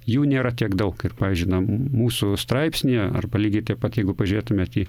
jų nėra tiek daug ir pavyzdžiui na mūsų straipsnyje arba lygiai taip pat jeigu pažiūrėtumėt į